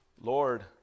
Lord